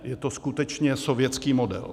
Je to skutečně sovětský model.